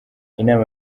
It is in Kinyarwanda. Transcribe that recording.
inama